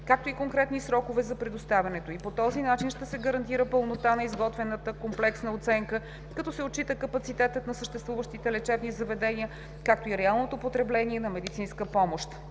както и конкретни срокове за предоставянето ѝ. По този начин ще се гарантира пълнота на изготвената комплексна оценка, като се отчита капацитетът на съществуващите лечебните заведения, както и реалното потребление на медицинска помощ.